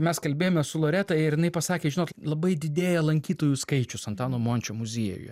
mes kalbėjome su loreta ir jinai pasakė žinot labai didėja lankytojų skaičius antano mončio muziejuje